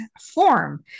form